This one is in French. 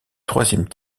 troisième